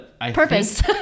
purpose